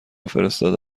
فرستاده